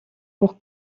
pour